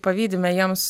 pavydime jiems